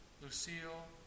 Lucille